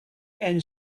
and